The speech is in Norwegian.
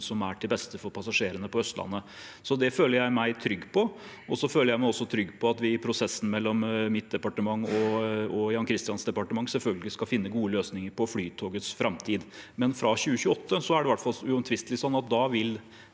som er til beste for passasjerene på Østlandet. Så det føler jeg meg trygg på. Jeg føler meg også trygg på at vi i prosessen mellom mitt departement og Jan Christian Vestres departement selvfølgelig skal finne gode løsninger på Flytogets framtid. Men fra 2028 er det i hvert fall uomtvistelig slik at disse